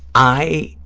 i